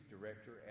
director